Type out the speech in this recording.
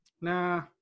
Nah